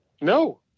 No